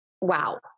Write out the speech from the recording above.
wow